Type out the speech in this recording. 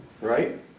right